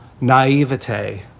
naivete